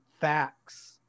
facts